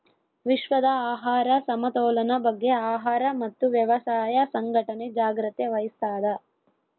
ವಿಶ್ವದ ಆಹಾರ ಸಮತೋಲನ ಬಗ್ಗೆ ಆಹಾರ ಮತ್ತು ವ್ಯವಸಾಯ ಸಂಘಟನೆ ಜಾಗ್ರತೆ ವಹಿಸ್ತಾದ